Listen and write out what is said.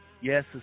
Yes